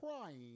crying